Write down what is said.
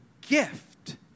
gift